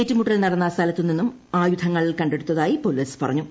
ഏറ്റുമുട്ടൽ നടന്ന സ്ഥലത്തു നിന്നും ആയുധങ്ങൾ കണ്ടെടുത്തായി പോലീസ് പറഞ്ഞു